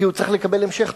כי הוא צריך לקבל המשך טיפול.